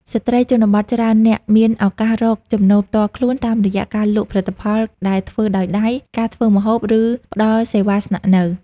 ស្ត្រីជនបទច្រើននាក់មានឱកាសរកចំណូលផ្ទាល់ខ្លួន តាមរយៈការលក់ផលិតផលដែលធ្វើដោយដៃ ការធ្វើម្ហូប ឬផ្ដល់សេវាស្នាក់នៅ។